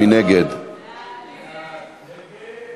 מי נגד?